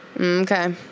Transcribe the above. okay